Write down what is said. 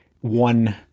one